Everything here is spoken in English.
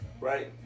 Right